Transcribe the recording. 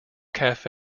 cafe